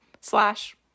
slash